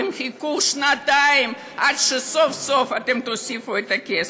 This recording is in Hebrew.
והם חיכו שנתיים שסוף-סוף אתם תוסיפו את הכסף.